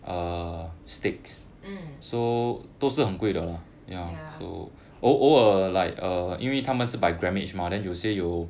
mm ya